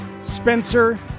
Spencer